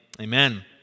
amen